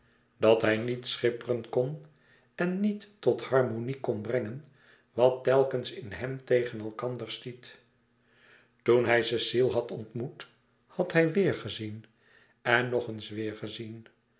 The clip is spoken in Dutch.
dàt hij niet schipperen kon en niet tot harmonie kon brengen wat telkens in hem tegen elkander stiet toen hij cecile had ontmoet had weêrgezien en nog eens weêrgezien